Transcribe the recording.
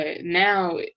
now